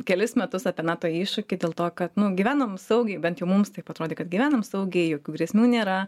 kelis metus apie nato iššūkį dėl to kad nu gyvenom saugiai bent jau mums taip atrodė kad gyvenam saugiai jokių grėsmių nėra